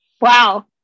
Wow